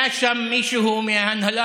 היה שם מישהו מההנהלה,